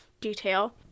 detail